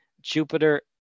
Jupiter